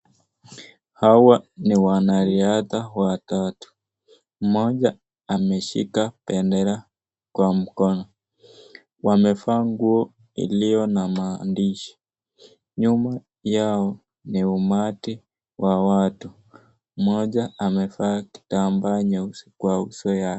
Hawa ni wanariadha watatu. Moja ameshika bendera kwa mkono. Wamevaa nguo iliyo na maandishi. Nyuma yao ni umati wa watu. Moja amevaa kitambaa nyeusi kwa uso yake.